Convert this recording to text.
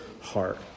heart